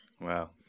Wow